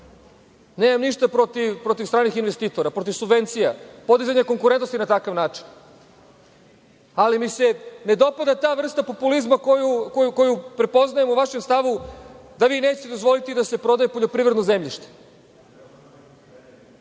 Nemam ništa protiv stranih investitora, protiv subvencija, podizanja konkurentnosti na takav način, ali mi se ne dopada ta vrsta populizma koju prepoznajem u vašem stavu da vi nećete dozvoliti da se prodaje poljoprivredno zemljište.